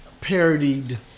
parodied